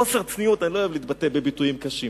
החוסר צניעות, אני לא אוהב להתבטא בביטויים קשים.